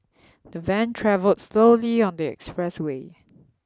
the van travelled slowly on the expressway